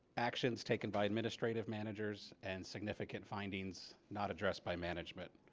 actions taken by administrative managers and significant findings not addressed by management.